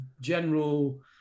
general